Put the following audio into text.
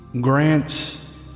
grants